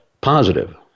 positive